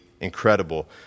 incredible